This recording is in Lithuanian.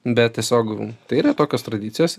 bet tiesiog tai yra tokios tradicijos